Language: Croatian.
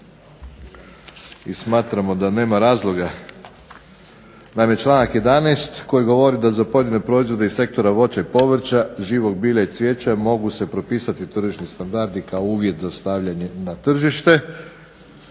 i smatramo da nema razloga, naime članak 11. koji govori da za pojedine proizvode iz sektora voća i povrća, živog bilja i cvijeća mogu se propisati tržišni standardi kao uvjet za stavljanje na tržište.